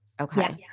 okay